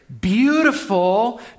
beautiful